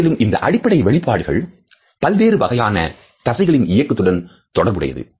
மேலும் இந்த அடிப்படை வெளிப்பாடுகள் பல்வேறு வகையான தசைகளின் இயக்கத்துடன் தொடர்புடையது